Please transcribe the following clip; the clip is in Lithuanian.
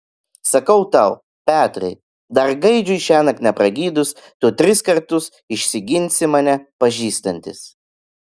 sakau tau petrai dar gaidžiui šiąnakt nepragydus tu tris kartus išsiginsi mane pažįstantis